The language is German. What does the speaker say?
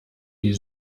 die